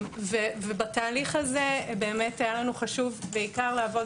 בתהליך הזה היה לנו חשוב בעיקר לעבוד